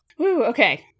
okay